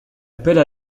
appelle